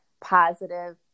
positive